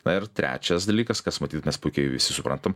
na ir trečias dalykas kas matyt mes puikiai visi suprantam